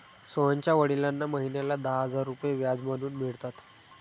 सोहनच्या वडिलांना महिन्याला दहा हजार रुपये व्याज म्हणून मिळतात